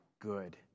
good